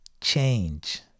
change